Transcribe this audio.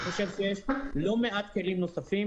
אני חושב שיש לא מעט כלים נוספים.